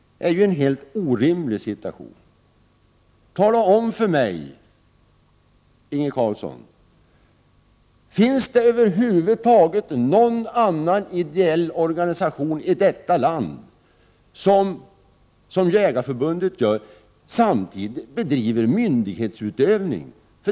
Tala om för mig, Inge Carlsson, om det finns någon ideell organisation i detta land som i likhet med Jägareförbundet bedriver myndighetsutövning!